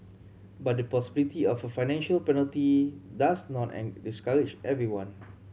but the possibility of a financial penalty does not discourage everyone